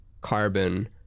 carbon